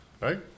right